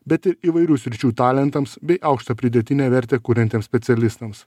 bet ir įvairių sričių talentams bei aukštą pridėtinę vertę kuriantiems specialistams